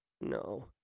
No